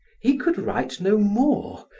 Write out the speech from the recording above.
he could write no more,